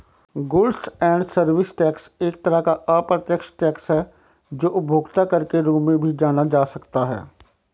goods and service tax एक तरह का अप्रत्यक्ष टैक्स है जो उपभोक्ता कर के रूप में भी जाना जा सकता है